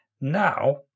Now